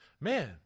man